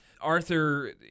Arthur